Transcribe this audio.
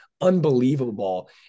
unbelievable